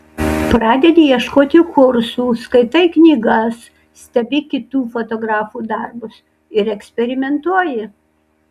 pradedi ieškoti kursų skaitai knygas stebi kitų fotografų darbus ir eksperimentuoji